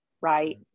right